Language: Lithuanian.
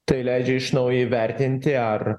tai leidžia iš naujo įvertinti ar